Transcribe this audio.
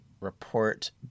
report